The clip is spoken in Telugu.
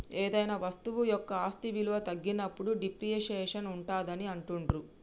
ఏదైనా వస్తువు యొక్క ఆస్తి విలువ తగ్గినప్పుడు డిప్రిసియేషన్ ఉంటాదని అంటుండ్రు